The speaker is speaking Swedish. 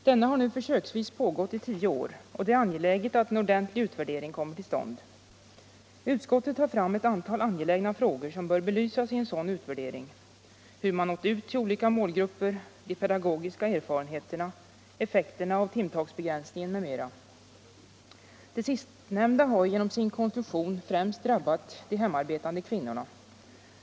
Denna har nu försöksvis pågått i tio år, och det är angeläget att en ordentlig utvärdering kommer till stånd. Utskottet tar fram ett antal angelägna frågor som bör belysas i en sådan utvärdering: hur man nått ut till olika målgrupper, de pedagogiska erfarenheterna, effekterna av timtalsbegränsningen m.m. Den sistnämnda har genom sin konstruktion främst drabbat de hemarbetande kvinnorna.